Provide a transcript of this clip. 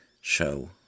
Show